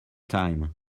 time